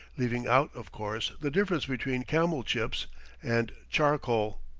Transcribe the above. leaving out, of course, the difference between camel chips and charcoal.